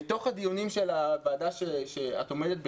בדיונים של ועדת המשנה שתהלה עומדת בראשה,